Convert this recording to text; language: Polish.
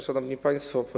Szanowni Państwo!